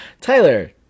Tyler